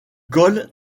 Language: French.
col